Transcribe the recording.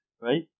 right